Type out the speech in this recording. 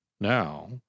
Now